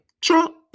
Trump